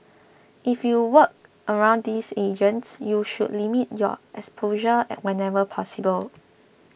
if you work around these agents you should limit your exposure whenever possible